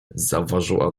zauważyła